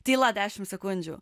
tyla dešim sekundžių